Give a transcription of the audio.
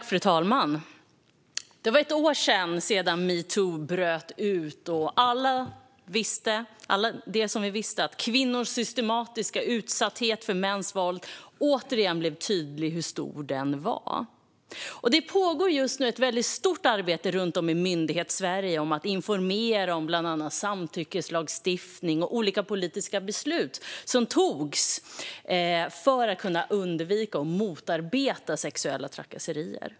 Fru talman! Det var ett år sedan metoo bröt ut. Det blev tydligt hur stor kvinnors systematiska utsatthet för mäns våld är. Det pågår just nu ett stort arbete runt om i Myndighetssverige med att informera om bland annat samtyckeslagstiftning och olika politiska beslut som togs för att kunna undvika och motarbeta sexuella trakasserier.